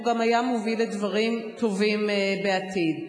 והוא גם היה מוביל לדברים טובים בעתיד.